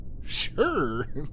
Sure